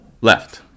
left